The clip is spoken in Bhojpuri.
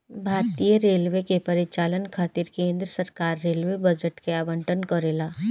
भारतीय रेलवे के परिचालन खातिर केंद्र सरकार रेलवे बजट के आवंटन करेला